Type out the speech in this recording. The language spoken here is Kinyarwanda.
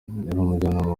umujyanama